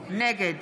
נגד